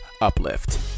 Uplift